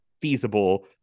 feasible